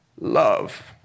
love